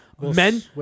Men